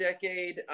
decade